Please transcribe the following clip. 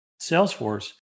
Salesforce